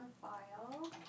file